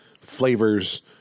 Flavors